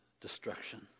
destruction